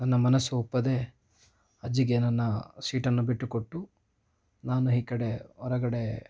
ನನ್ನ ಮನಸ್ಸು ಒಪ್ಪದೇ ಅಜ್ಜಿಗೆ ನನ್ನ ಸೀಟನ್ನು ಬಿಟ್ಟುಕೊಟ್ಟು ನಾನು ಈ ಕಡೆ ಹೊರಗಡೆ